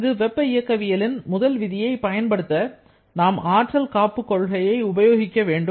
அங்கு வெப்ப இயக்கவியலின் முதல் விதியை பயன்படுத்த நாம் ஆற்றல் காப்பு கொள்கையை உபயோகிக்க வேண்டும்